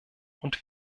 und